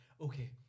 okay